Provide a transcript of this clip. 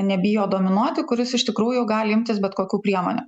nebijo dominuoti kuris iš tikrųjų gali imtis bet kokių priemonių